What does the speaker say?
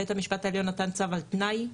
בית המשפט העליון נתן צו על תנאי,